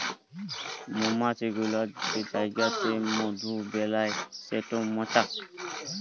মমাছি গুলা যে জাইগাতে মধু বেলায় সেট মচাক